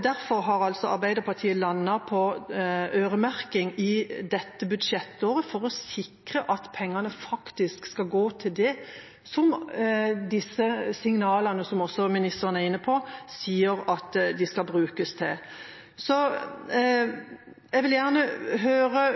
Derfor har Arbeiderpartiet landet på øremerking i dette budsjettåret for å sikre at pengene faktisk skal gå til det som ministeren sier at de skal brukes til. Jeg vil gjerne høre